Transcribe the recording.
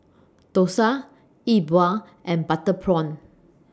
Dosa Yi Bua and Butter Prawn